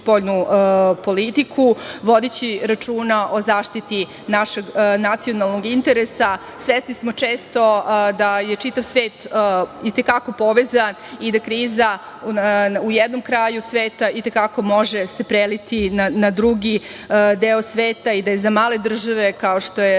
politiku, vodeći računa o zaštiti našeg nacionalnog interesa. Svesni smo često da je čitav svet i te kako povezan i da kriza u jednom kraju sveta i te kako može se preliti na drugi deo sveta i da je za male države kao što je